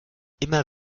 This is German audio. immer